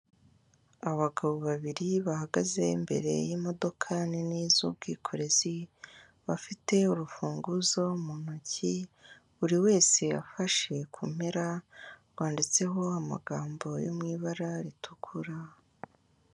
Abagabo babiri bahagaze imbere y'imodoka nini z'ubwikorezi, bafite urufunguzo mu ntoki, buri wese afashe ku mpera, rwanditseho amagambo yo mu ibara ritukura.